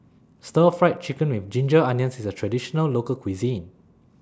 Stir Fry Chicken with Ginger Onions IS A Traditional Local Cuisine